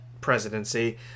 presidency